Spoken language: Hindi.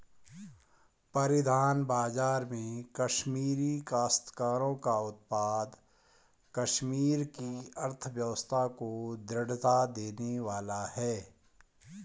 परिधान बाजार में कश्मीरी काश्तकारों का उत्पाद कश्मीर की अर्थव्यवस्था को दृढ़ता देने वाला है